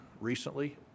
recently